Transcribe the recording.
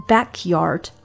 Backyard